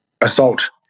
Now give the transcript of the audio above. Assault